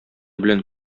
белән